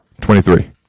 Twenty-three